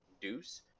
Deuce